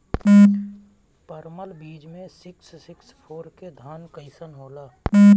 परमल बीज मे सिक्स सिक्स फोर के धान कईसन होला?